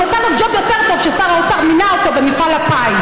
הוא מצא לו ג'וב יותר טוב: שר האוצר מינה אותו במפעל הפיס,